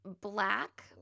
black